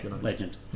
legend